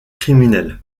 criminelle